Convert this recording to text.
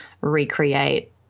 recreate